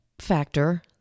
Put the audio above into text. factor